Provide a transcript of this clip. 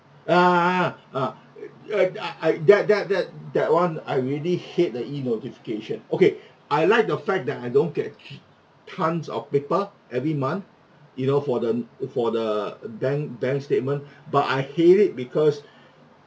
uh ah uh ya ya ya I that that that that one I really hate the e-notification okay I like the fact that I don't get tons of paper every month you know for the for the bank bank statement but I hate because